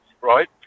right